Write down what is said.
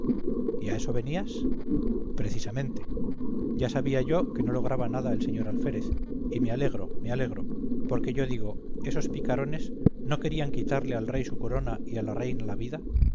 a eso venías precisamente ya sabía yo que no lograba nada el señor alférez y me alegro me alegro porque yo digo esos picarones no querían quitarle al rey su corona y a la reina la vida